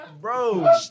bro